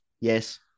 Yes